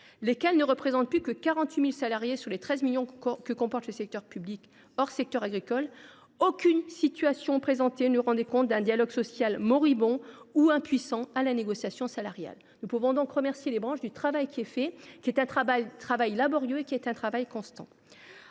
–, qui ne représentent plus que 48 000 salariés sur les 13 millions que comporte le secteur privé hors agriculture, aucune situation présentée ne rendait compte d’un dialogue social moribond ou impuissant à la négociation salariale. Nous pouvons donc remercier les branches du travail qui est fait, laborieux et constant.